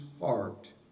heart